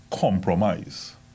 compromise